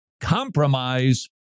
compromise